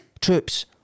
troops